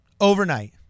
Overnight